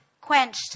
quenched